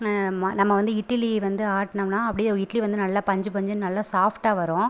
ம நம்ம வந்து இட்டிலி வந்து ஆட்டினம்னா அப்படியே இட்லி வந்து நல்லா பஞ்சு பஞ்சுனு நல்லா சாஃப்ட்டாக வரும்